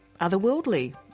otherworldly